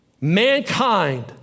Mankind